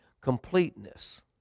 completeness